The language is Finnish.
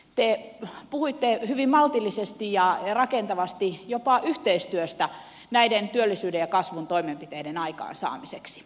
te puhuitte hyvin maltillisesti ja rakentavasti jopa yhteistyöstä näiden työllisyyden ja kasvun toimenpiteiden aikaansaamiseksi